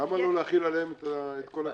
למה לא להחיל עליהם את כל הכללים?